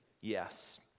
Yes